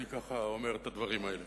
אני ככה אומר את הדברים האלה.